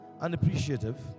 unappreciative